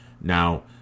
now